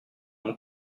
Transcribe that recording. mon